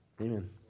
Amen